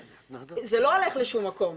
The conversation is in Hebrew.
זה לא הולך לשום מקום.